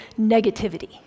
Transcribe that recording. negativity